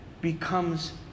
becomes